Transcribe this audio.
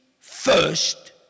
first